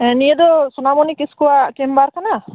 ᱱᱤᱭᱟᱹ ᱫᱚ ᱥᱳᱱᱟᱢᱚᱱᱤ ᱠᱤᱥᱠᱩᱭᱟᱜ ᱪᱮᱢᱵᱟᱨ ᱠᱟᱱᱟ